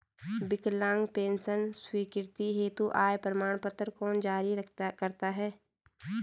विकलांग पेंशन स्वीकृति हेतु आय प्रमाण पत्र कौन जारी करता है?